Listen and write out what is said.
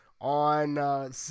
on